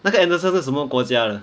那个 emerson 是什么国家的